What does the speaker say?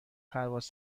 پرواز